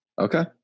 Okay